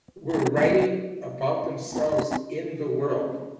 were writing about themselves in the world.